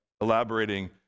elaborating